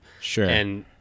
Sure